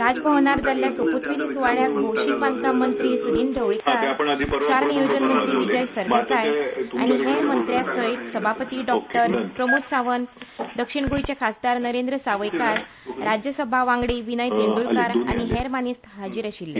राजभवनार जाल्ल्या सोपुतविधी सुवाळ्याक भोवशीक बांधकाम मंत्री सुदिन ढवळीकार शार नियोजन मंत्री विजय सरदेसाय आनी हेर मंत्र्यांसयत सभापती डॉ प्रमोद सावंत दक्षिण गोंयचे खासदार नरेंद्र सावयकार राज्यसभा वांगडी विनय तेंड्रलकार आनी हेर मानेस्त हाजीर आशिल्ले